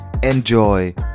enjoy